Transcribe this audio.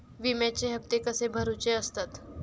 विम्याचे हप्ते कसे भरुचे असतत?